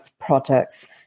products